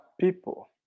people